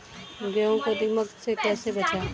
गेहूँ को दीमक से कैसे बचाएँ?